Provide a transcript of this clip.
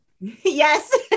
Yes